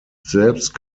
selbst